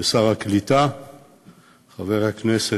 לשר העלייה והקליטה חבר הכנסת,